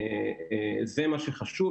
זה מה שחשוב,